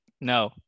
No